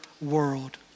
world